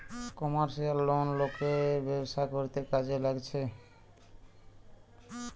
commercial loan লোকের ব্যবসা করতে কাজে লাগছে